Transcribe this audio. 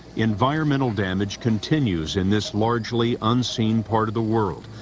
environmental damage continues in this largely unseen part of the world.